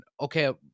okay